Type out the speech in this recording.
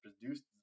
produced